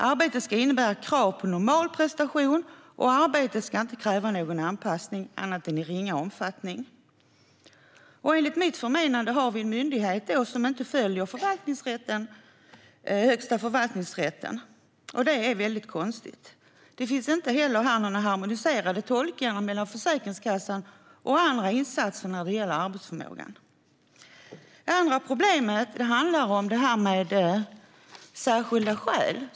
Arbetet ska innebära krav på normal prestation och ska inte kräva någon anpassning annat än i ringa omfattning, enligt domstolen. Enligt mitt förmenande har vi här en myndighet som inte följer ett avgörande från Högsta förvaltningsdomstolen, vilket är väldigt konstigt. Det finns inte heller några harmoniserade tolkningar mellan Försäkringskassan och andra instanser när det gäller arbetsförmågan. Det andra problemet handlar om särskilda skäl.